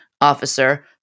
officer